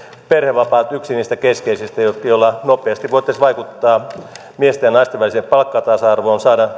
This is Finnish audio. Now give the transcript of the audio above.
perhevapaat on yksi niistä keskeisistä joilla nopeasti voitaisiin vaikuttaa miesten ja naisten väliseen palkkatasa arvoon saada